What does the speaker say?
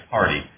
Party